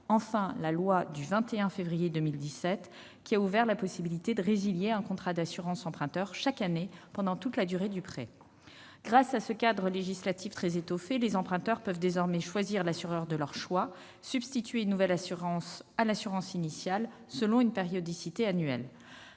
enfin, par la loi du 21 février 2017, qui a ouvert la possibilité de résilier un contrat d'assurance emprunteur chaque année pendant toute la durée du prêt. Grâce à ce cadre législatif très étoffé, les emprunteurs peuvent désormais choisir l'assureur de leur choix et substituer une nouvelle assurance à l'assurance initiale selon une périodicité annuelle.